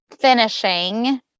finishing